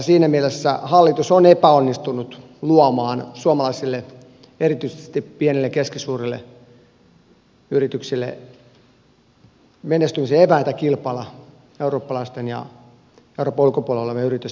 siinä mielessä hallitus on epäonnistunut luomaan suomalaisille erityisesti pienille ja keskisuurille yrityksille menestymisen eväitä kilpailla eurooppalaisten ja euroopan ulkopuolella olevien yritysten kanssa